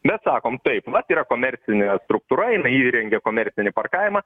mes sakom taip vat yra komercinė struktūra jinai įrengė komercinį parkavimą